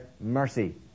mercy